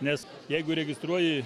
nes jeigu įregistruoji